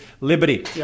liberty